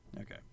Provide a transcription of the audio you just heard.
Okay